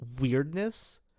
weirdness